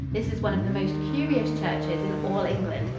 this is one of the most curious churches in all england.